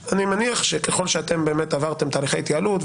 אני מניח שככל שאתם עברתם תהליכי התייעלות,